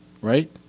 Right